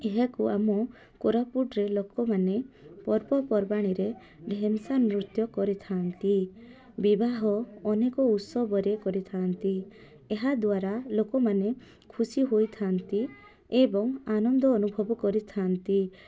ଏହାକୁ ଆମ କୋରାପୁଟରେ ଲୋକମାନେ ପର୍ବପର୍ବାଣିରେ ଢେନସା ନୃତ୍ୟ କରିଥାନ୍ତି ବିବାହ ଅନେକ ଉତ୍ସବରେ କରିଥାନ୍ତି ଏହାଦ୍ୱାରା ଲୋକମାନେ ଖୁସି ହୋଇଥାନ୍ତି ଏବଂ ଆନନ୍ଦ ଅନୁଭବ କରିଥାନ୍ତି